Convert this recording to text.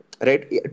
Right